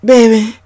Baby